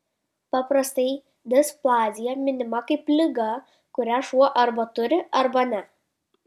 paprastai displazija minima kaip liga kurią šuo arba turi arba ne